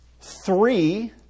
three